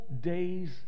day's